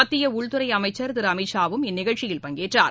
மத்தியஉள்துறைஅமைச்சா் திருஅமித்ஷா வும் இந்நிகழ்ச்சியில் பங்கேறறார்